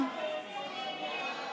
ההסתייגות (1) של חברי הכנסת